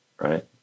right